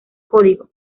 código